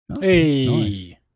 Hey